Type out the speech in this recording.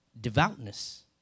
devoutness